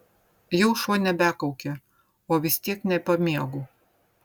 jau šuo nebekaukia o vis tiek nepamiegu